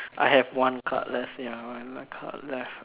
I have one card left ya one card left